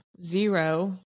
zero